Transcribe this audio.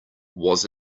was